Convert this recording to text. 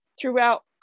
throughout